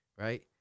right